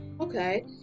Okay